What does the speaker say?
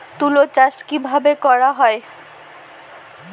তুলো চাষ কিভাবে করা হয়?